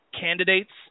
candidates